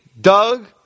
Doug